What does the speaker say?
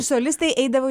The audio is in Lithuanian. solistai eidavo